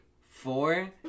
four